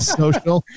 social